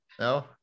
No